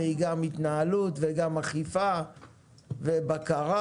היא גם התנהלות וגם אכיפה ובקרה,